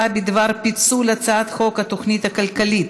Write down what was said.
בדבר פיצול הצעת חוק התוכנית הכלכלית